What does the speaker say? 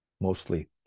mostly